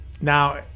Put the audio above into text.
Now